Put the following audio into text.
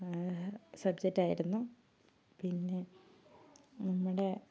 സബ്ജെക്റ്റായിരുന്നു പിന്നെ നമ്മുടെ